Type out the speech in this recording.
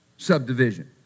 subdivision